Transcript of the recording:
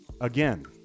again